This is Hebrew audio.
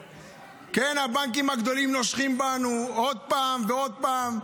כן, הבנקים הגדולים נושכים בנו עוד פעם ועוד פעם,